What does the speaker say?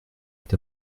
est